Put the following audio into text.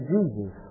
Jesus